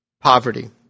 poverty